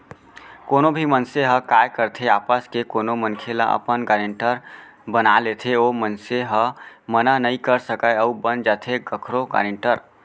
कोनो भी मनसे ह काय करथे आपस के कोनो मनखे ल अपन गारेंटर बना लेथे ओ मनसे ह मना नइ कर सकय अउ बन जाथे कखरो गारेंटर